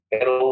Pero